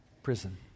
Prison